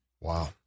Wow